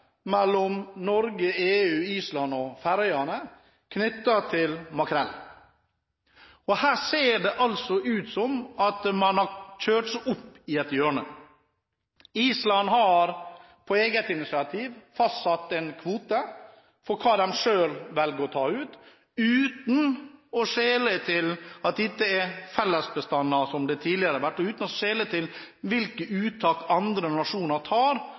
mellom Norge, EU, Island og Færøyene knyttet til makrell. Her ser det ut som om man har kjørt seg opp i et hjørne. Island har på eget initiativ fastsatt en kvote for hva de velger å ta ut, uten å skjele til at dette er fellesbestander, som det tidligere har vært, og uten å skjele til hvilke uttak andre nasjoner tar